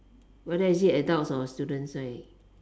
whether is it adults or students right